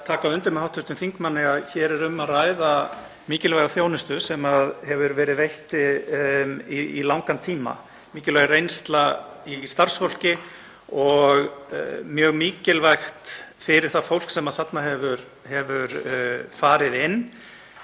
taka undir það með hv. þingmanni að hér er um að ræða mikilvæga þjónustu sem hefur verið veitt í langan tíma, mikilvæg reynsla í starfsfólki og mjög mikilvægt fyrir það fólk sem þarna hefur farið inn